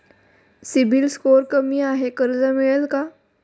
CIBIL score कमी आहे कर्ज मिळेल का?